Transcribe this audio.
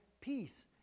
peace